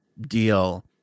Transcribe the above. deal